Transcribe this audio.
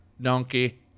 donkey